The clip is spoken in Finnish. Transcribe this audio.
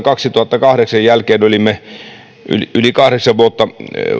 kaksituhattakahdeksan jälkeen me olimme yli kahdeksan vuotta